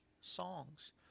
songs